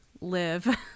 live